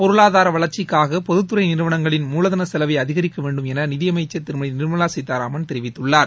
பொருளாதார வளர்ச்சிக்காக பொதுத் துறை நிறுவனங்களின் மூலதன செலவை அதிகரிக்க வேண்டும் என மத்திய நிதியமைச்சர் திருமதி நிர்மலா சீதாராமன் தெரிவித்துள்ளார்